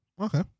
okay